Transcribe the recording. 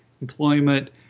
employment